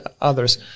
others